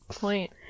point